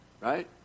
Right